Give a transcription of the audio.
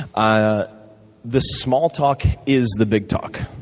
ah the small talk is the big talk,